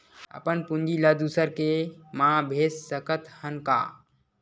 अपन पूंजी ला दुसर के मा भेज सकत हन का?